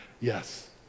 yes